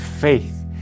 faith